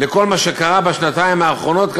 לכל מה שקרה בשנתיים האחרונות,